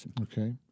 Okay